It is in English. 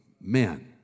men